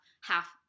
half